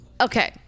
Okay